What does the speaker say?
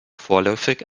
vorläufig